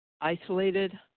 Isolated